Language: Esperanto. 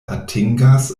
atingas